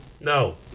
No